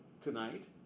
tonight